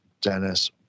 Dennis